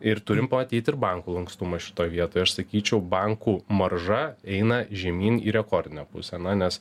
ir turim pamatyt ir bankų lankstumą šitoj vietoje aš sakyčiau bankų marža eina žemyn į rekordinę būseną nes